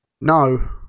no